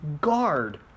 guard